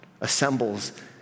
assembles